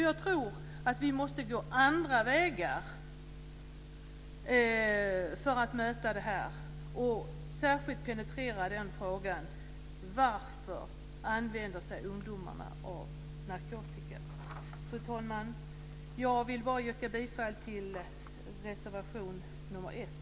Jag tror att vi måste gå andra vägar för att möta detta och för att särskilt penetrera frågan om varför ungdomar använder narkotika. Fru talman! Avslutningsvis nöjer jag mig med att yrka bifall till reservation nr 1.